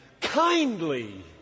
kindly